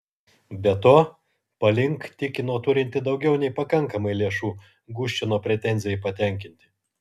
be to palink tikino turinti daugiau nei pakankamai lėšų guščino pretenzijai patenkinti